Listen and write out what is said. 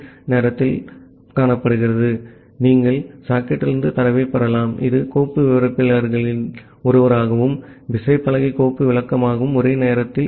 ஆகவே நீங்கள் சாக்கெட்டிலிருந்து தரவைப் பெறலாம் இது கோப்பு விவரிப்பாளர்களில் ஒருவராகவும் விசைப்பலகை கோப்பு விளக்கமாகவும் ஒரே நேரத்தில் இருக்கும்